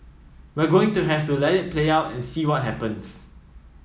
we're going to have to let it play out and see what happens